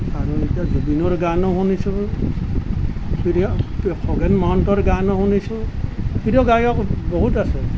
আৰু এতিয়া জুবিনৰ গানো শুনিছোঁ প্ৰিয় খগেন মহন্তৰ গানো শুনিছোঁ প্ৰিয় গায়ক বহুত আছে